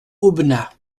aubenas